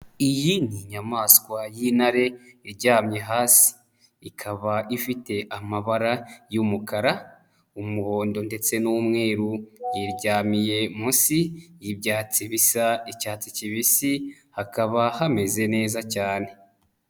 Iyi ni inyamaswa y'intare iryamye hasi,y ikaba ifite amabara y'umukara, umuhondo, ndetse n'umweru iryamiye munsi y'ibyatsi bisa icyatsi kibisi hakaba hameze neza cyane.